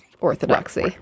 orthodoxy